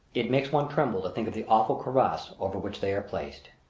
it makes one tremble to think of the awful crevice over which they are placed.